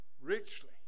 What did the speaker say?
richly